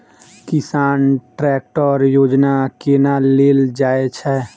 किसान ट्रैकटर योजना केना लेल जाय छै?